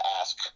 ask